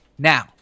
Now